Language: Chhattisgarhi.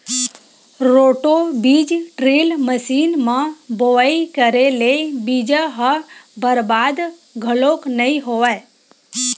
रोटो बीज ड्रिल मसीन म बोवई करे ले बीजा ह बरबाद घलोक नइ होवय